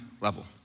level